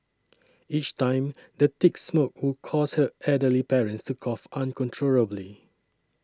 each time the thick smoke would cause her elderly parents to cough uncontrollably